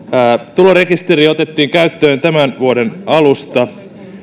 tulorekisteri otettiin käyttöön tämän vuoden alusta ja